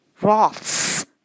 Roths